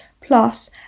plus